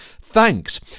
thanks